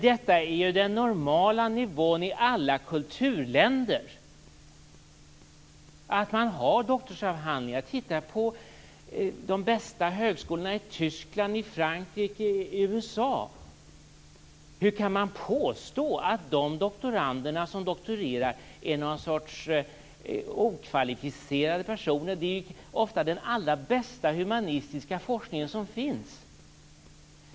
Det är ju det normala i alla kulturländer att man har doktorsavhandlingar. Se på de bästa högskolorna i Tyskland, Frankrike och USA. Hur kan man påstå att de doktorander som doktorerar där är någon sorts okvalificerade personer? De står ju oftast för den allra bästa humanistiska forskningen som finns.